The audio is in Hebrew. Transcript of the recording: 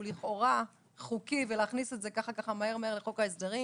לכאורה חוקי ולהכניס את זה מהר מהר לחוק ההסדרים